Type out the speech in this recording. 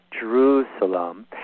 Jerusalem